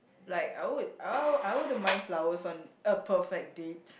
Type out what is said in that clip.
like I would I I wouldn't mind flowers on a perfect date